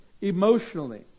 emotionally